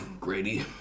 Grady